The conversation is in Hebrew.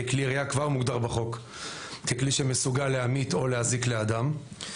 כי כלי ירייה כבר מוגדר בחוק ככלי שמסוגל להמית או להזיק לאדם.